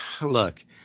look